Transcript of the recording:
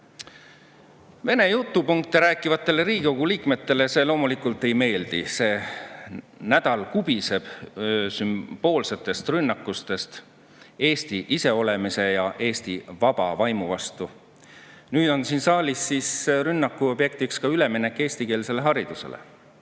jutupunkte rääkivatele Riigikogu liikmetele see loomulikult ei meeldi, see nädal kubiseb sümboolsetest rünnakutest Eesti iseolemise ja Eesti vaba vaimu vastu. Nüüd on siin saalis rünnaku objektiks üleminek eestikeelsele haridusele.